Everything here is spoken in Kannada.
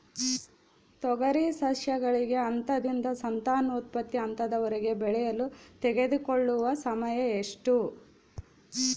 ತೊಗರಿ ಸಸ್ಯಕ ಹಂತದಿಂದ ಸಂತಾನೋತ್ಪತ್ತಿ ಹಂತದವರೆಗೆ ಬೆಳೆಯಲು ತೆಗೆದುಕೊಳ್ಳುವ ಸಮಯ ಎಷ್ಟು?